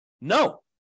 No